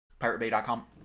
Piratebay.com